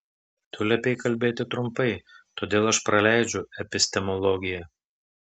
tu liepei kalbėti trumpai todėl aš praleidžiu epistemologiją